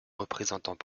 représentants